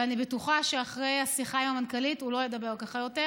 ואני בטוחה שאחרי השיחה עם המנכ"לית הוא לא ידבר ככה יותר.